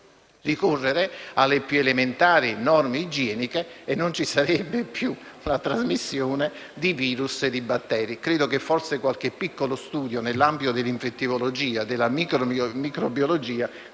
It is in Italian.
ricorrere alle più elementari norme igieniche e non ci sarebbe più la trasmissione di virus e di batteri. Forse qualche piccolo studio nell'ambito dell'infettivologia e della microbiologia